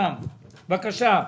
בבקשה.